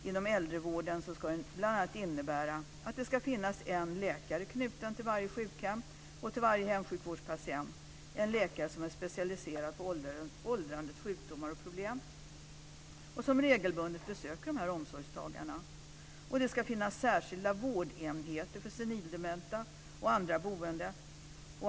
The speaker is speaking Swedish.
Inom äldrevården ska den bl.a. innebära att det ska finnas en läkare knuten till varje sjukhem och till varje hemsjukvårdspatient, en läkare som är specialiserad på åldrandets sjukdomar och problem och som regelbundet besöker dessa omsorgstagare. Det ska finnas särskilda vårdenheter för senildementa och andra boende.